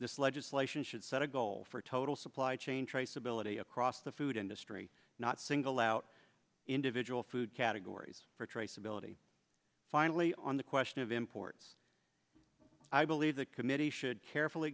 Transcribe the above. this legislation should set a goal for total supply chain traceability across the food industry not single out individual food categories for traceability finally on the question of imports i believe the committee should carefully